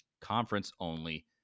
conference-only